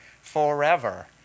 forever